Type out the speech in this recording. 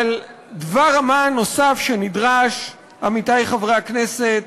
אבל הדבר-מה הנוסף שנדרש, עמיתי חברי הכנסת,